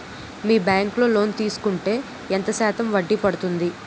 మీ bank లో loan తీసుకుంటే ఎంత శాతం వడ్డీ పడ్తుంది?